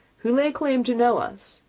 who lay claim to know us,